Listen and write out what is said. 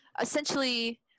essentially